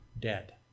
dead